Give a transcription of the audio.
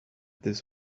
this